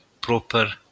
proper